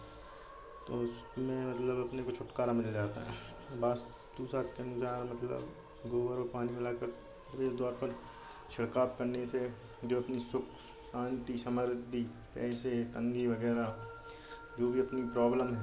तो उसमें मतलब अपने को छुटकारा मिल जाता है वास्तु शास्त्र अनुजा मतलब गोबर और पानी मिला कर यह द्वार पर छिड़काव करने से जो अपनी सुख शांति समर्पित ऐसे अंगी वगैरह जो भी अपनी प्रॉब्लेम है